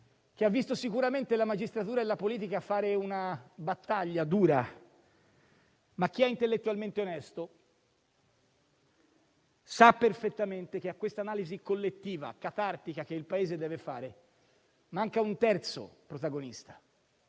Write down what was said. che ha visto sicuramente la magistratura e la politica fare una battaglia dura, ma chi è intellettualmente onesto sa perfettamente che a questa analisi collettiva e catartica che il Paese deve fare, manca un terzo protagonista,